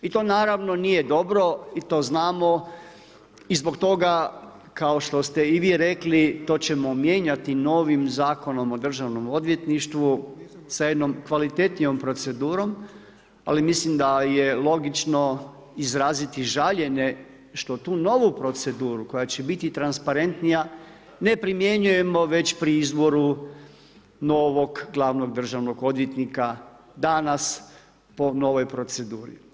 I to naravno nije dobro i to znamo i zbog toga kao što ste i vi rekli, to ćemo mijenjati novim Zakonom o državnom odvjetništvu, s jednom kvalitetnijom procedurom, ali mislim da je logično izraziti žaljenje, što tu novu proceduru koja će biti transparentnija, ne primjenjujemo već pri izboru novog glavnog državnog odvjetnika, danas po novoj proceduru.